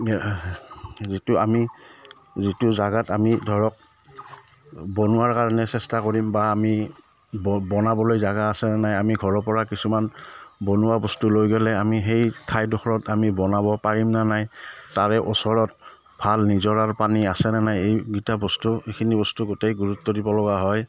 যিটো আমি যিটো জাগাত আমি ধৰক বনোৱাৰ কাৰণে চেষ্টা কৰিম বা আমি বনাবলৈ জাগা আছে নে নাই আমি ঘৰৰ পৰা কিছুমান বনোৱা বস্তু লৈ গ'লে আমি সেই ঠাইৰডোখৰত আমি বনাব পাৰিমনে নাই তাৰে ওচৰত ভাল নিজৰাৰ পানী আছেনে নাই এইকেইটা বস্তু এইখিনি বস্তু গোটেই গুৰুত্ব দিব লগা হয়